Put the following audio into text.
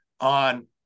on